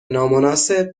نامناسب